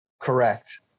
Correct